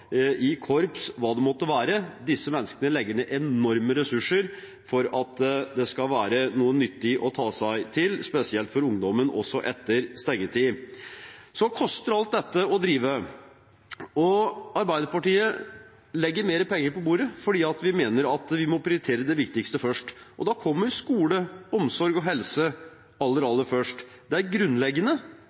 i korps – hva det måtte være. Disse menneskene legger ned enormt med ressurser for at det skal være noe nyttig å ta seg til, spesielt for ungdommen, også etter stengetid. Så koster det å drive alt dette. Arbeiderpartiet legger mer penger på bordet fordi vi mener at vi må prioritere det viktigste først. Da kommer skole, omsorg og helse aller, aller først. Det er grunnleggende